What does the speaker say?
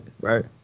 right